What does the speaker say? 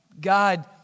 God